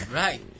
right